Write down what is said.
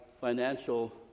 financial